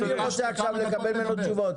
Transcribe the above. אני רוצה עכשיו לקבל ממנו תשובות.